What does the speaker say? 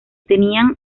tenían